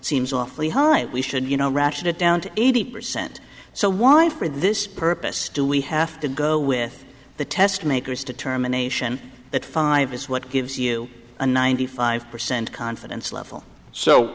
seems awfully high that we should you know ration it down to eighty percent so why for this purpose do we have to go with the test makers determination that five is what gives you a ninety five percent confidence level so